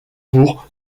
pour